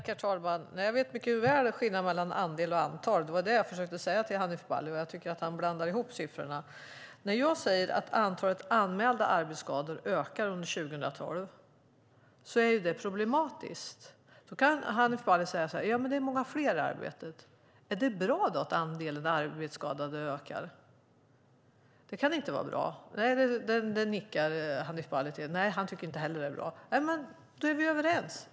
Herr talman! Jag vet mycket väl skillnaden mellan andel och antal. Det försökte jag säga till Hanif Bali, och jag tycker att han blandar ihop siffrorna. Att antalet anmälda arbetsskador ökade under 2012 är problematiskt. Hanif Bali kan säga att det är många fler i arbete. Ja, men är det bra att andelen arbetsskadade ökar? Det kan inte vara bra. Hanif Bali skakar på huvudet, så han tycker inte heller att det är bra. Då är vi överens.